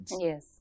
Yes